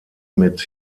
mit